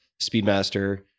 Speedmaster